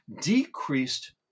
decreased